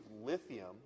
lithium